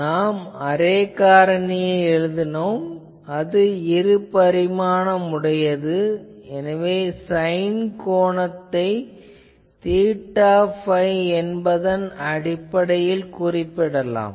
நாம் அரே காரணியை எழுதினோம் அது இரு பரிமாணம் உடையது எனவே சைன் கோணத்தை தீட்டா phi என்பதன் அடிப்படையில் குறிப்பிடலாம்